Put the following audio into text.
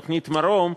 תוכנית "מרום",